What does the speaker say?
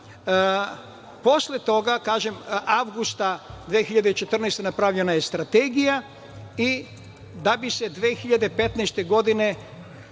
Posle toga, kažem, avgusta 2014. godine, napravljena je strategija, da bi se 2015. godine,